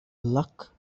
luck